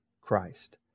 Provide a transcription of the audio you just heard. Christ